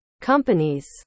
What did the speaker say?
companies